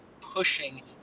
pushing